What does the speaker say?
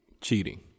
cheating